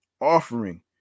Offering